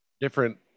different